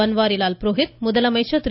பன்வாரிலால் புரோஹித் முதலமைச்சர் திரு